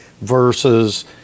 versus